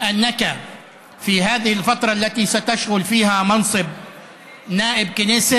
שבתקופה הזאת שבה תשמש חבר כנסת,